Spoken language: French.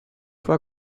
fois